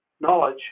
Knowledge